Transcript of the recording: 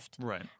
Right